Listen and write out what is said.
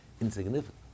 insignificant